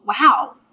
wow